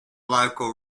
local